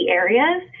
areas